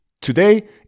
Today